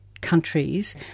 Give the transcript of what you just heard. countries